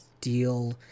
deal